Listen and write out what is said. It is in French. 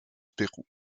pérou